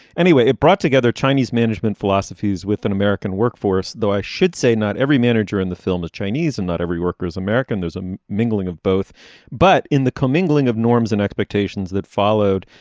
anyway it brought together chinese management philosophies with an american workforce. though i should say not every manager in the film is chinese and not every worker is american there's a mingling of both but in the commingling of norms and expectations that followed.